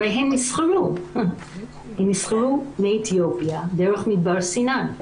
הרי הן נסחרו מאתיופיה דרך מדבר סיני.